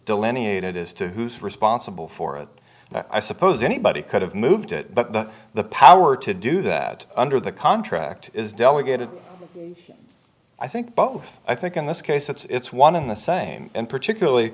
delineated as to who is responsible for it i suppose anybody could have moved it to the power to do that under the contract is delegated i think both i think in this case it's one in the same and particularly